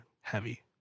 heavy